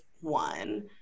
one